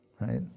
right